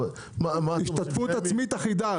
השתתפות עצמית אחידה,